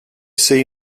see